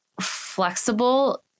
flexible